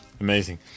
amazing